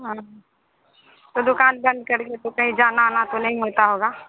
हाँ तो दुक़ान बन्द करके तो कहीं जाना आना तो नहीं होता होगा